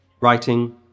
writing